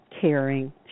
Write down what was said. caring